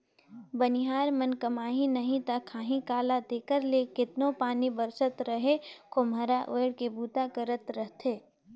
बनिहार मन कमाही नही ता खाही काला तेकर ले केतनो पानी बरसत रहें खोम्हरा ओएढ़ के बूता करत रहथे